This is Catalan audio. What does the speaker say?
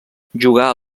jugà